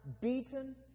beaten